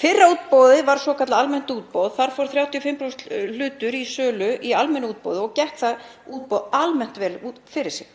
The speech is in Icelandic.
Fyrra útboðið var svokallað almennt útboð. Þar fór 35% hlutur í sölu í almennu útboði og gekk það útboð almennt vel fyrir sig.